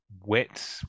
wet